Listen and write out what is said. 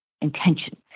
intention